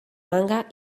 manga